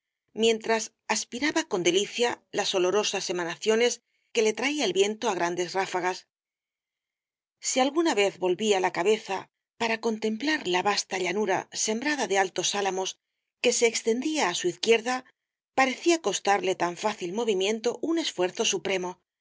de castro con delicia las olorosas emanaciones que le traía el viento á grandes ráfagas si alguna vez volvía la cabeza para contemplar la vasta llanura sembrada de altos álamos que se extendía á su izquierda parecía costarle tan fácil movimiento un esfuerzo supremo